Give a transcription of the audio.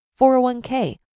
401k